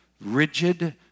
rigid